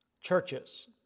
Churches